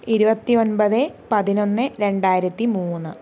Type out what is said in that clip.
ഇരുപത്തി ഒമ്പത് പതിനൊന്ന് രണ്ടായിരത്തി മൂന്ന്